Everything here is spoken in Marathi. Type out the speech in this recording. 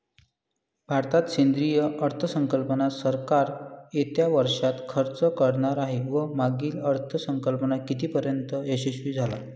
भारतात केंद्रीय अर्थसंकल्प सरकार येत्या वर्षात खर्च करणार आहे व मागील अर्थसंकल्प कितीपर्तयंत यशस्वी झाला